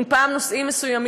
אם פעם דיברו על נושאים מסוימים,